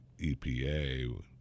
EPA